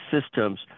systems